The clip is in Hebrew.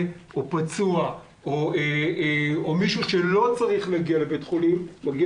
או פצוע או מישהו שלא צריך להגיע לבית חולים יגיע